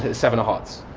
ah seven of hearts.